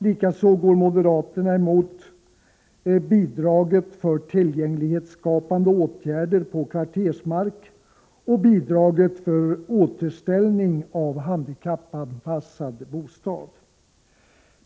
Likaså går moderaterna emot förslaget om bidrag till tillgänglighetsskapande åtgärder på kvartersmark och bidraget för återställning av handikappanpassade bostäder.